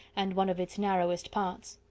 and one of its narrowest parts.